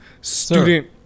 Student